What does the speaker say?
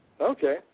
okay